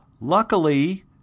Luckily